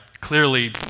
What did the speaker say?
clearly